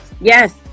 Yes